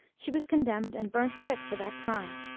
she was condemned and burnt quick for that crime.